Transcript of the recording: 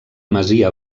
masia